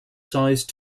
sized